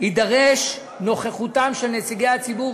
תידרש נוכחותם של נציגי הציבור,